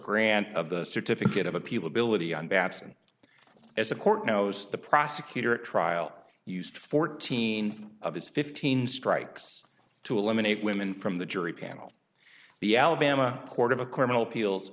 grant of the certificate of appeal ability on babson as the court knows the prosecutor at trial used fourteen of his fifteen strikes to eliminate women from the jury panel the alabama court of a criminal